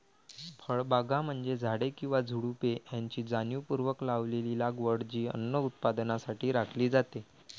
फळबागा म्हणजे झाडे किंवा झुडुपे यांची जाणीवपूर्वक लावलेली लागवड जी अन्न उत्पादनासाठी राखली जाते